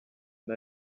nta